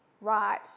right